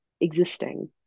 existing